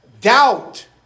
doubt